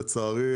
לצערי,